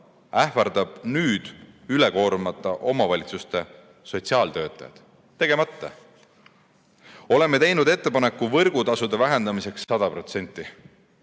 ähvardab nüüd üle koormata omavalitsuste sotsiaaltöötajad. Tegemata. Oleme teinud ettepaneku võrgutasude vähendamiseks 100%